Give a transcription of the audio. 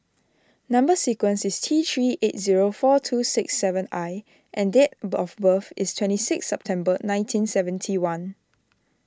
Number Sequence is T three eight zero four two six seven I and date birth of birth is twenty six September nineteen seventy one